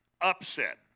upset